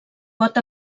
pot